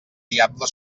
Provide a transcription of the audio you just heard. diable